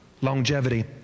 longevity